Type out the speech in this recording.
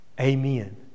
Amen